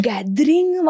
Gathering